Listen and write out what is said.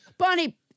Bonnie